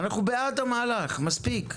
אנחנו בעד המהלך, מספיק.